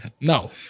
No